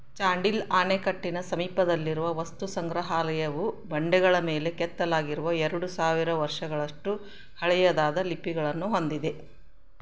ಚಾಂಡಿಲ್ ಅಣೆಕಟ್ಟಿನ ಸಮೀಪದಲ್ಲಿರುವ ವಸ್ತು ಸಂಗ್ರಹಾಲಯವು ಬಂಡೆಗಳ ಮೇಲೆ ಕೆತ್ತಲಾಗಿರುವ ಎರಡು ಸಾವಿರ ವರ್ಷಗಳಷ್ಟು ಹಳೆಯದಾದ ಲಿಪಿಗಳನ್ನು ಹೊಂದಿದೆ